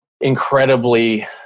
incredibly